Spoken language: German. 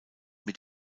mit